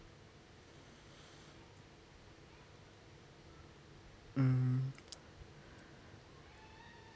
mm